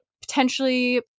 potentially